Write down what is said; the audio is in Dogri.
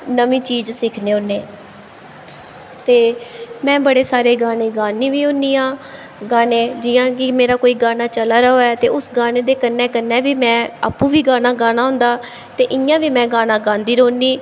नमीं चीज सिक्खने होन्ने ते में बड़े सारे गाने गान्नी बी होन्नी आं गाने जियां कि मेरा कोई गाना चला दा होऐ ते उस गाने दे कन्नै कन्नै बी में आपूं बी गाना गाना होंदा ते इ'यां बी में गाना गांदी रौंहनी